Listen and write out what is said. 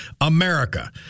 America